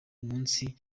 umunsi